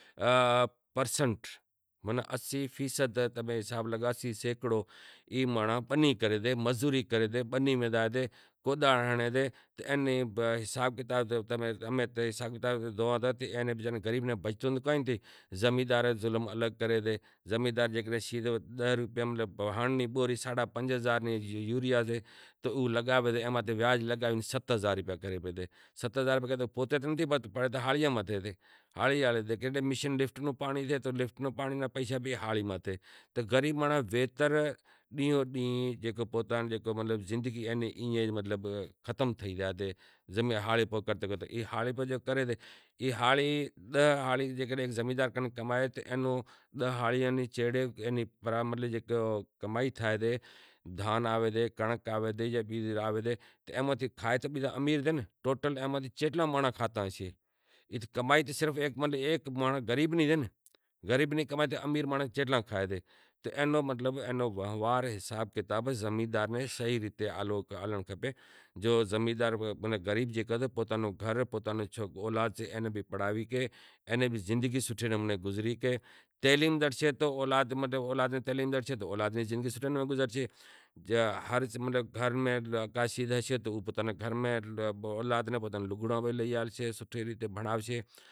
اسی پرسنٹ ای مانڑو اسی سیکڑو بنی میں جائیں تے کوڈاڑ ہنڑیں تے اینے حساب کتاب تھیں زوئاں تا تو غریب ناں بچتو ئکائیں نتھی زمیندار ظلم الگ کرے سے جے یوریا ری بوری سادہا پنج ہزار ری تو لگائے ساڈہا ست ہزار ای بھی ہاڑی ماتھے تو غریب مانڑو نی زیندگی ای اہے کہ کمائے کمائے ویاج بھری ریو۔ تعلیم زڑشے تو اولاد نی زندگی سوٹھے نمونے گزرسے، سوٹھے ریت بھنڑاوشے۔